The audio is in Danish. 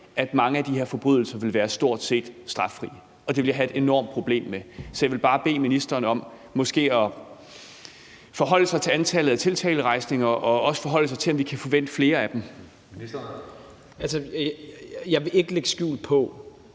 at mange af de her forbrydelser vil være stort set straffrie. Det ville jeg have et enormt problem med. Så jeg vil bare bede ministeren om måske at forholde sig til antallet af tiltalerejsninger og også forholde sig til, om vi kan forvente flere af dem. Kl. 12:49 Tredje næstformand